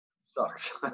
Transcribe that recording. Sucks